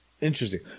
Interesting